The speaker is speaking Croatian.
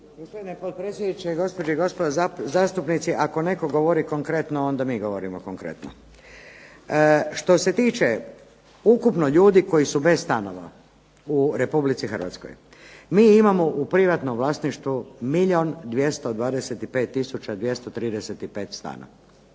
Gospodine potpredsjedniče, gospođe i gospodo zastupnici. Ako netko govori konkretno onda mi govorimo konkretno. Što se tiče ukupno ljudi koji su bez stanova u Republici Hrvatskoj. Mi imamo u privatnom vlasništvu milijun 225235 stanova.